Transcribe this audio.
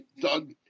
Doug